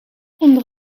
onder